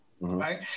right